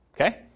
Okay